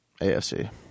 AFC